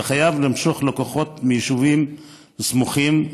וחייב למשוך לקוחות מיישובים סמוכים.